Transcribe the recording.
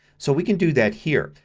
so we can do that here.